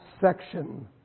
section